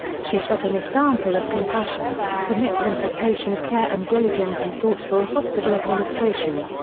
she set an example of compassion, commitment to patient care and diligent and thoughtful hospital administration.